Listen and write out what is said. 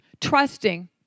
trusting